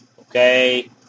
Okay